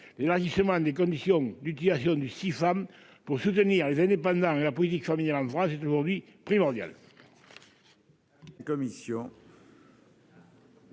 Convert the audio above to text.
l'élargissement des conditions d'utilisation du femmes pour soutenir les indépendants, la politique familiale en France est aujourd'hui primordial.